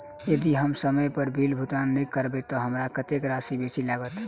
यदि हम समय पर बिल भुगतान नै करबै तऽ हमरा कत्तेक राशि बेसी लागत?